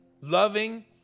loving